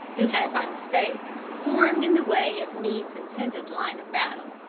who had by mistake formed in the way of meade's intended line of battle.